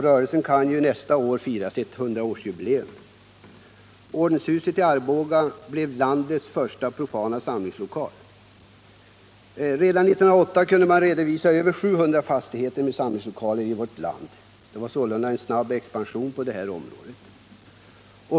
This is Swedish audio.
Rörelsen kan nästa år fira sitt 100-årsjubileum. Ordenshuset i Arboga var landets första profana samlingslokal. Redan 1908 kunde man redovisa över 700 fastigheter med samlingslokaler i vårt land. Det var sålunda en snabb expansion på detta område.